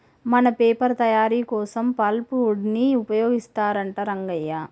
మన పేపర్ తయారీ కోసం పల్ప్ వుడ్ ని ఉపయోగిస్తారంట రంగయ్య